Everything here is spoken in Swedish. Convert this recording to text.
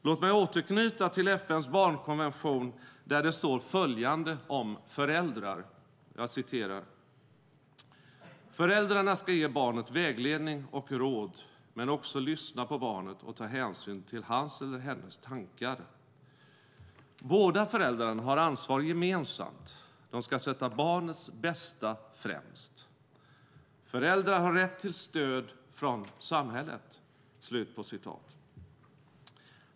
Låt mig återknyta till FN:s barnkonvention, där det står följande om föräldrar: Föräldrarna ska ge barnet vägledning och råd, men också lyssna på barnet och ta hänsyn till hans eller hennes tankar. Båda föräldrarna har ansvar gemensamt. De ska sätta barnets bästa främst. Föräldrar har rätt till stöd från samhället.